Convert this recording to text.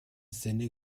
sinne